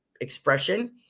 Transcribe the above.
expression